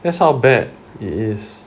that's how bad it is